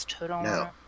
no